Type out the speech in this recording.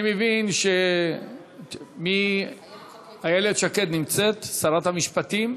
אני מבין, איילת שקד נמצאת, שרת המשפטים?